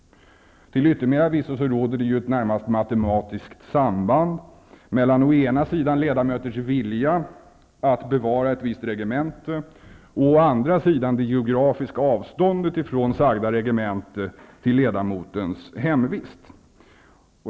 Till yttermera visso råder ett närmast matematiskt samband mellan å ena sidan ledamöters vilja att bevara ett visst regemente och å andra sidan det geografiska avståndet från sagda regemente till ledamotens hemvist.